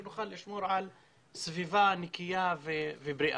שנוכל לשמור על סביבה נקייה ובריאה.